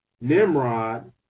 Nimrod